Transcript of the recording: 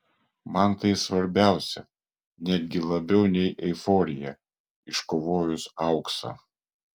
man tai svarbiausia netgi labiau nei euforija iškovojus auksą